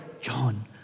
John